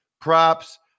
props